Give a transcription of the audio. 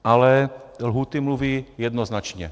Ale lhůty mluví jednoznačně.